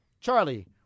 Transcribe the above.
Charlie